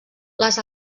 les